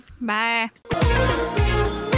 bye